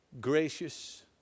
Gracious